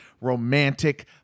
romantic